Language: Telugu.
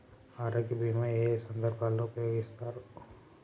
ఆరోగ్య బీమా ఏ ఏ సందర్భంలో ఉపయోగిస్తారు?